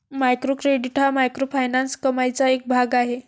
micro credit हा microfinance कमाईचा एक भाग आहे